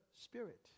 Spirit